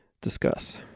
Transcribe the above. discuss